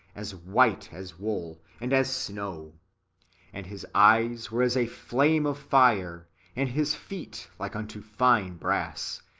as white as wool, and as snow and his eyes were as a flame of fire and his feet like unto fine brass,